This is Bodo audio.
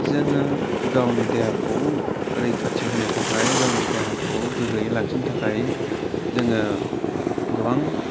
जोङो गावनि देहाखौ रैखाथि होनो थाखाय गावनि देहाखौ गोग्गोयै लाखिनो थाखाय जोङो गोबां